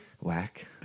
Whack